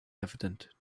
evident